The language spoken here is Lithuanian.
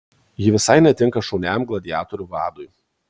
ji visai netinka šauniajam gladiatorių vadui